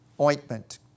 ointment